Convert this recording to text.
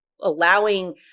allowing